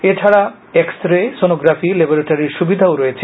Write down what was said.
এছাড়া X ray sonography ল্যাবরেটরির সুবিধাও রয়েছে